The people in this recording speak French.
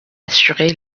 assurait